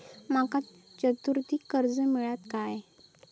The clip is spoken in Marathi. माका चतुर्थीक कर्ज मेळात काय?